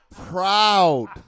Proud